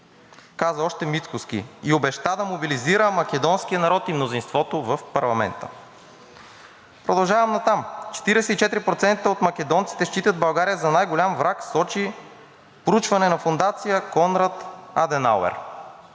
каза още Мицкоски и обеща да мобилизира македонския народ и мнозинството в парламента. Продължавам натам – 44% от македонците считат България за най-голям враг, сочи проучване на Фондация „Конрад Аденауер“.